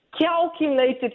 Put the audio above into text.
calculated